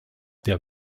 der